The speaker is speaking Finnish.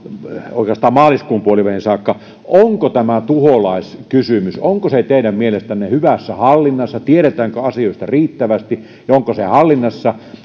oikeastaan maaliskuun puoliväliin saakka onko tämä tuholaiskysymys teidän mielestänne hyvässä hallinnassa tiedetäänkö asioista riittävästi ja onko se hallinnassa